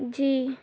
جی